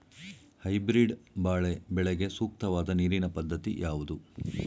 Hybrid ಬಾಳೆ ಬೆಳೆಗೆ ಸೂಕ್ತವಾದ ನೀರಿನ ಪದ್ಧತಿ ಯಾವುದು?